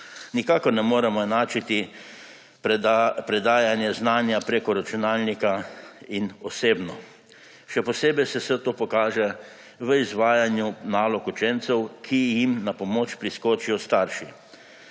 Nikakor ne moremo enačiti predajanja znanja prek računalnika in osebno. Še posebej se vse to pokaže v izvajanju nalog učencev, ki jim na pomoč priskočijo starši.